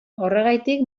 horregatik